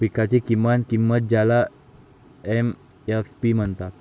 पिकांची किमान किंमत ज्याला एम.एस.पी म्हणतात